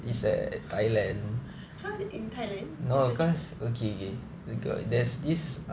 !huh! in thailand